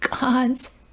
God's